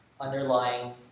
underlying